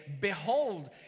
behold